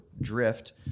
drift